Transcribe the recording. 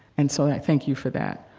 and so i thank you for that.